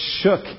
shook